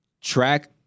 track